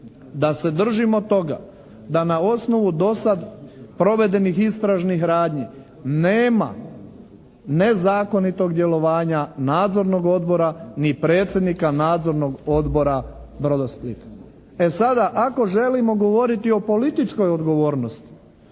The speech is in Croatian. da se držimo toga da na osnovu dosad provedenih istražnih radnji nema nezakonitog djelovanja Nadzornog odbora ni predsjednika Nadzornog odbora "Brodosplita". E, sada ako želimo govoriti o političkoj odgovornosti